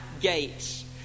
gates